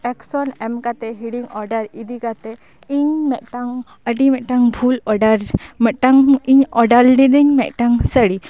action ᱮᱢᱠᱟᱛᱮ ᱦᱤᱲᱤᱧ order ᱤᱫᱤ ᱠᱟᱛᱮ ᱤᱧ ᱢᱤᱫᱴᱟᱝ ᱟᱹᱰᱤ ᱢᱤᱫᱴᱟᱝ ᱵᱷᱩᱞ ᱚᱰᱟᱨ ᱢᱤᱫᱴᱟᱝ ᱤᱧ ᱚᱰᱟᱨ ᱞᱤᱫᱟᱹᱧ ᱢᱤᱫᱴᱟᱝ ᱥᱟᱹᱲᱤ